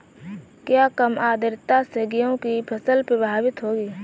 क्या कम आर्द्रता से गेहूँ की फसल प्रभावित होगी?